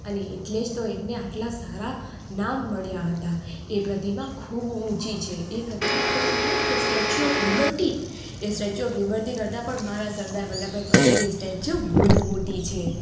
અને એટલે જ તો એમને આટલા સારા નામ મળ્યા હતા એ પ્રતિમા ખૂબ ઊંચી છે એ પ્રતિમા આપણે કહીએને કે સ્ટેચ્યૂ ઓફ લિબર્ટી એ સ્ટેચ્યૂ ઓફ લિબર્ટી કરતાં પણ મારા સરદાર વલ્લભભાઈ પટેલની સ્ટેચ્યૂ બહુ મોટી છે